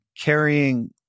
carrying